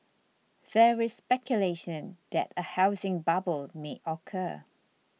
there is speculation that a housing bubble may occur